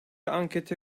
ankete